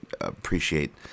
appreciate